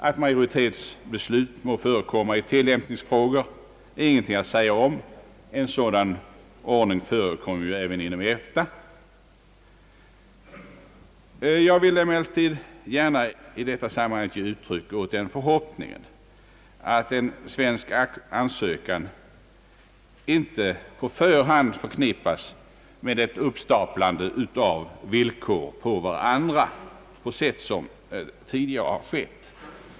Att majoritetsbeslut må förekomma i tillämpningsfrågor är det ingenting att säga om; en sådan ordning bar man ju även inom EFTA. Jag vill emellertid gärna i detta sammanhang ge uttryck åt den förhoppningen, att en svensk ansökan inte på förhand förknippas med ett uppstaplande av villkor på varandra på sätt som tidigare har skett.